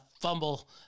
fumble